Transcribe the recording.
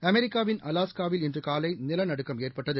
அமெரிக்காவின் அலாஸ்காவில் இன்றுகாலைநிலநடுக்கம் ஏற்பட்டது